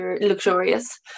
luxurious